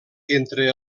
entre